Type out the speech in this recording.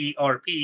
ERP